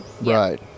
Right